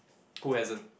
who hasn't